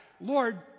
Lord